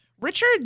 Richard